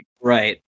Right